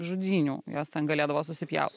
žudynių jos ten galėdavo susipjaut